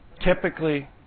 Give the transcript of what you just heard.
Typically